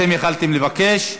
יכולתם לבקש אחרת.